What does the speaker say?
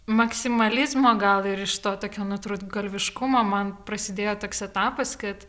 maksimalizmo gal ir iš to tokio nutrūktgalviškumo man prasidėjo toks etapas kad